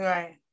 Right